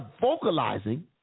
vocalizing